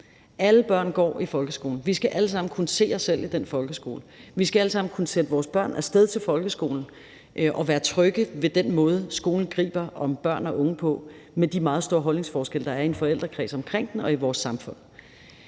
Alle børn går i folkeskolen. Vi skal alle sammen kunne se os selv i den folkeskole. Vi skal alle sammen kunne sende vores børn af sted til folkeskolen og være trygge ved den måde, skolen griber om børn og unge på, med de meget store holdningsforskelle, der er i en forældrekreds omkring den og i vores samfund.